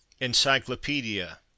Encyclopedia